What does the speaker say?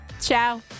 Ciao